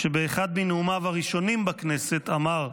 שבאחד מנאומיו הראשונים בכנסת אמר: